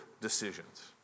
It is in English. decisions